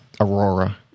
aurora